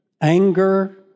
anger